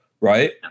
Right